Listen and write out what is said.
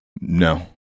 No